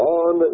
on